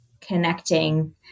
connecting